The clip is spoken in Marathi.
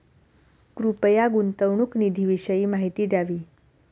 कृपया गुंतवणूक निधीविषयी माहिती द्यावी